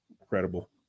incredible